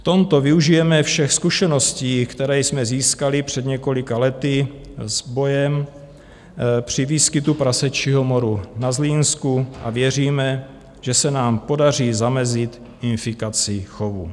V tomto využijeme všech zkušeností, které jsme získali před několika lety s bojem při výskytu prasečího moru na Zlínsku, a věříme, že se nám podaří zamezit infikaci chovu.